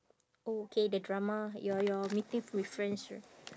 oh okay the drama your your meeting with friends right